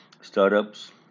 startups